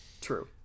true